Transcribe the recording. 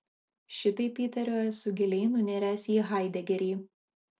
šitaip įtariu esu giliai nuniręs į haidegerį